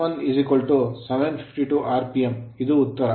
n1 752 rpm RPM ಇದು ಉತ್ತರ